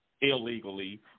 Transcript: illegally